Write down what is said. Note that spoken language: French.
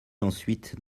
ensuite